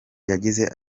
yagize